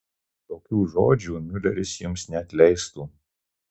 tokių žodžių miuleris jums neatleistų